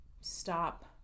stop